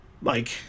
Mike